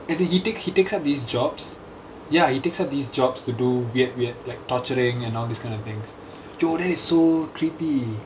as in he takes he takes up these jobs ya he takes up these jobs to do weird weird like torturing and all this kind of things yo that is so creepy